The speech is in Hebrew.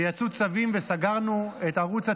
ויצאו צווים, וסגרנו את ערוץ הטרור,